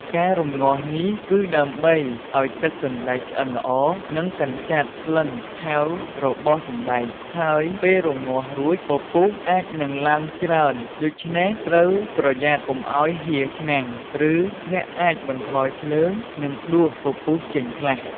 ការរំងាស់នេះគឺដើម្បីឱ្យទឹកសណ្តែកឆ្អិនល្អ និងកម្ចាត់ក្លិនឆៅរបស់សណ្តែក ហើយពេលរំងាស់រួច ពពុះអាចនឹងឡើងច្រើន ដូច្នេះត្រូវប្រយ័ត្នកុំឱ្យហៀរឆ្នាំង ឬអ្នកអាចបន្ថយភ្លើង និងដួសពពុះចេញខ្លះ។